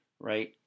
Right